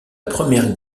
première